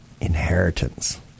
Inheritance